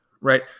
right